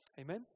Amen